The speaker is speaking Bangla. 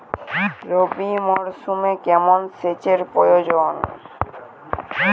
রবি মরশুমে কেমন সেচের প্রয়োজন?